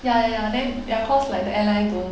ya ya ya then ya cause like the airline don't